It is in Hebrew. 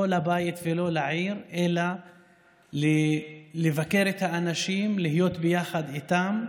לא לבית ולא לעיר אלא לבקר את האנשים ולהיות ביחד איתם.